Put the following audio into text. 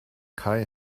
kai